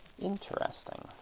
Interesting